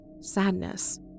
sadness